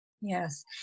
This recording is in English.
yes